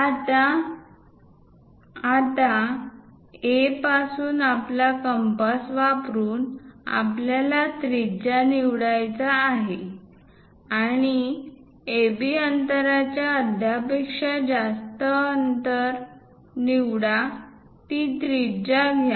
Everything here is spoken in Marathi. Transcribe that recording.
आता A पासून आपला कंपास वापरुन आपल्याला त्रिज्या निवडायचा आहे आणि AB अंतराच्या अर्ध्यापेक्षा अधिक त्रिज्या निवडा